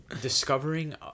discovering